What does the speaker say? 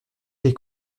des